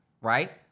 right